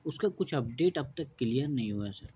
اس کا کچھ اپڈیٹ اب تک کلیئر نہیں ہوا ہے سر